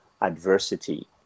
adversity